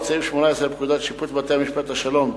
סעיף 18 לפקודת שיפוט בתי-משפט השלום,